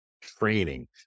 training